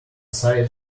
side